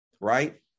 right